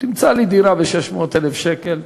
תמצא לי דירה ב-600,000 שקל.